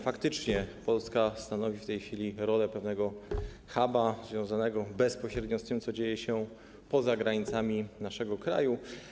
Faktycznie Polska stanowi w tej chwili rolę pewnego huba, co jest związane bezpośrednio z tym, co dzieje się poza granicami naszego kraju.